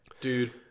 Dude